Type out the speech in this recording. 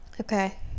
Okay